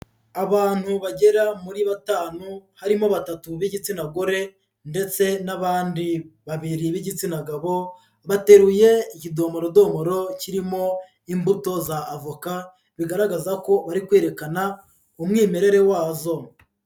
Abantu bagera muri batanu, harimo batatu b'igitsina gore ndetse n'abandi babiri b'igitsina gabo, bateruye ikidomorodomoro kirimo imbuto za avoka, bigaragaza ko bari kwerekana umwimerere wazo.